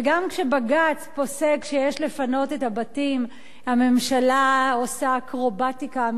וגם כשבג"ץ פוסק שיש לפנות את הבתים הממשלה עושה אקרובטיקה,